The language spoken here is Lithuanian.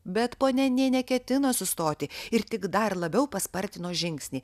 bet ponia nė neketino sustoti ir tik dar labiau paspartino žingsnį